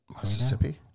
Mississippi